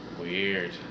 weird